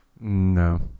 no